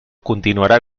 continuarà